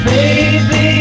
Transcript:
Baby